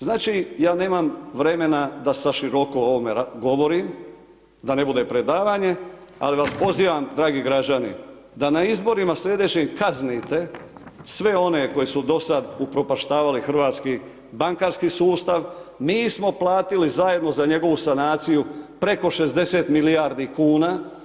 Znači, ja nemam vremena da sa široko o ovome govorim, da ne bude predavanje, ali vas pozivam dragi građani da na izborima slijedeće kaznite sve one koji su do sada upropaštavali hrvatski bankarski sustav, mi smo platili zajedno za njegovu sanaciju preko 60 milijardi kuna.